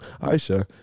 aisha